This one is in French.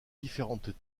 différentes